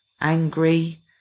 angry